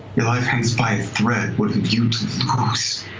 your life hangs by a thread, what have you know